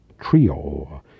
trio